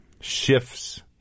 shifts